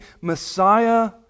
Messiah